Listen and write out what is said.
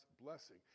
blessing